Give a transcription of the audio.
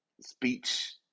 Speech